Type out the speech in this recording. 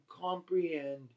comprehend